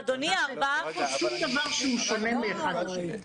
אין פה שום דבר שהוא שונה מאחד לשני.